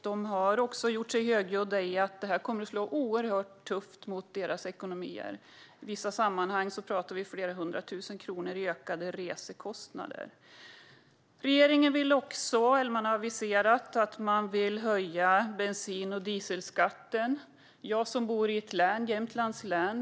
De har också varit högljudda med att detta kommer att slå oerhört hårt mot deras ekonomier. I vissa sammanhang pratar vi om flera hundra tusen kronor i ökade resekostnader, och regeringen har även aviserat att man vill höja bensin och dieselskatten. Jag bor i Jämtlands län.